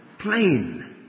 Plain